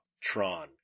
Tron